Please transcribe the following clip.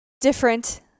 different